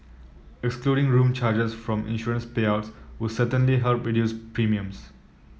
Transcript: excluding room charges from insurance payouts would certainly help reduce premiums